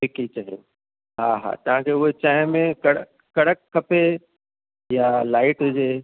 फिकी चयूं हा हा तव्हांखे उहा चांहि में कड़ कड़क खपे या लाइट हुजे